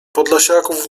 podlasiaków